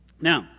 Now